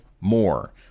more